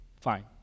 fine